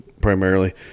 primarily